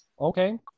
Okay